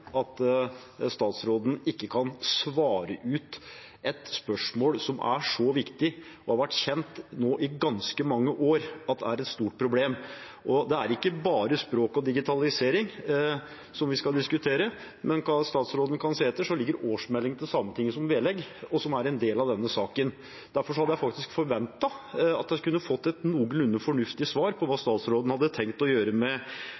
at statsråden ikke kan svare ut et spørsmål som er så viktig, og som i ganske mange år nå har vært kjent som et stort problem. Det er ikke bare språk og digitalisering vi skal diskutere, for om statsråden ser etter, ligger årsmeldingen til Sametinget som vedlegg, som en del av denne saken. Derfor hadde jeg faktisk forventet å få et noenlunde fornuftig svar på hva statsråden hadde tenkt å gjøre med